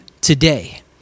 today